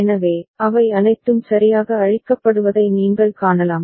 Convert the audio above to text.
எனவே அவை அனைத்தும் சரியாக அழிக்கப்படுவதை நீங்கள் காணலாம்